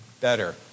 better